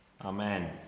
Amen